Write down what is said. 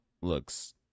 looks